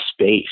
space